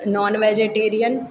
non vegetarian